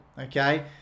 Okay